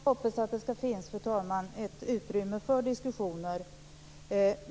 Fru talman! Jag hoppas att det skall finnas ett utrymme för diskussioner.